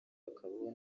hakabaho